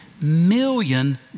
million